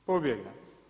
Pobjegne.